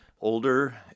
older